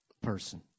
Person